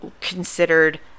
considered